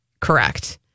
correct